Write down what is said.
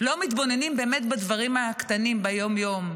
לא מתבוננים באמת בדברים הקטנים ביום-יום.